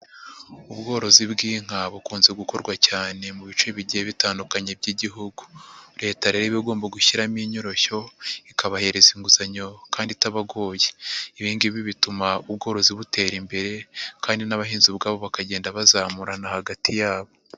Ubworozi bw'inka bukunze gukorwa cyane mu bice bigiye bitandukanye by'igihugu, leta rero igomba gushyiramo inyoroshyo ikabahereza inguzanyo kandi itabogoye, ibi ngibi bituma ubworozi butera imbere kandi n'abahinzi ubwabo bakagenda bazamurana hagati yabo.